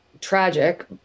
tragic